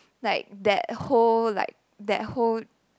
like that whole like that whole